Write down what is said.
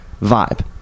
vibe